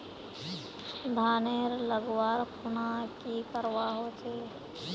धानेर लगवार खुना की करवा होचे?